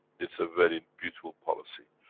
it's a very beautiful policy.